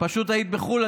פשוט היית בחו"ל,